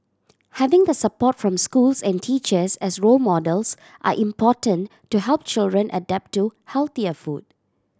having the support from schools and teachers as role models are important to help children adapt to healthier food